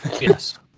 Yes